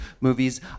movies